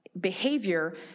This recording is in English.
behavior